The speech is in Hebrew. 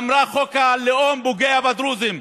ואמרה: חוק הלאום פוגע בדרוזים.